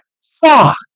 Fuck